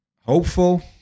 hopeful